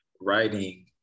writing